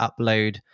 upload